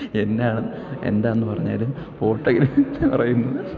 എന്നാണ് എന്താണെന്നു പറഞ്ഞാലും ഫോട്ടോഗ്രാഫിയെന്നു പറയുന്നത്